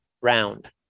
round